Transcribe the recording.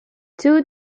two